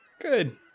Good